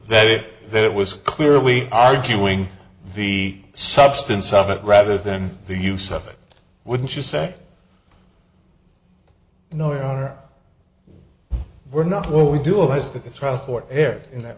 that it that it was clearly arguing the substance of it rather than the use of it wouldn't you say no there are we're not what we do is that